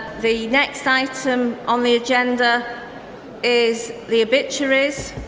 the next item on the agenda is the obituaries,